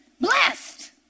Blessed